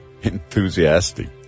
enthusiastic